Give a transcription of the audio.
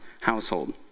household